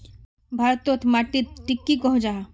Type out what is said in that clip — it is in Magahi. भारत तोत माटित टिक की कोहो जाहा?